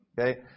okay